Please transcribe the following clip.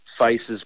faces